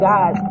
God